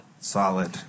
Solid